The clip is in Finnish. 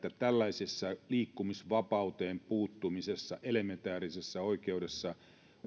että tällaisessa liikkumisvapauteen puuttumisessa elementäärisessä oikeudessa